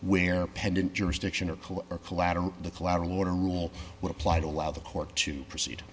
where pendant jurisdiction or pool or collateral the collateral or rule would apply to allow the court to proceed